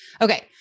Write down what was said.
Okay